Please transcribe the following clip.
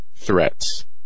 threats